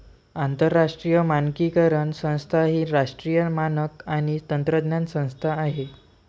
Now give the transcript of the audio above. आंतरराष्ट्रीय मानकीकरण संस्था ही राष्ट्रीय मानक आणि तंत्रज्ञान संस्था आहे